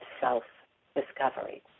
self-discovery